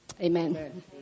Amen